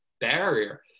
barrier